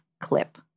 clip